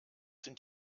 sind